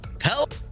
Help